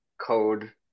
code